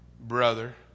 brother